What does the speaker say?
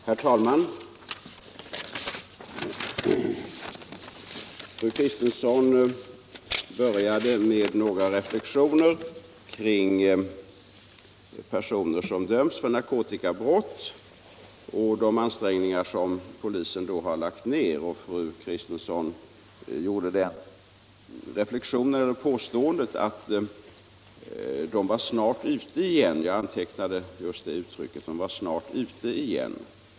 Herr talman! Fru Kristensson började med några reflexioner kring personer som dömts för narkotikabrott och de ansträngningar som polisen då lagt ner. Fru Kristensson gjorde det påståendet att ”de var snart ute igen” — jag antecknade just det uttrycket.